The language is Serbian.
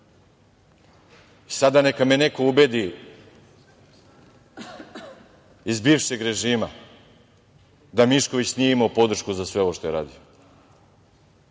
neka me neko ubedi iz bivšeg režima da Mišković nije imao podršku za sve ovo što je radio.